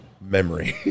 memory